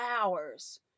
hours